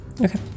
Okay